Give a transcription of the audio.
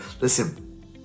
Listen